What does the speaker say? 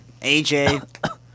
AJ